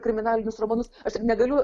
kriminalinius romanus aš tik negaliu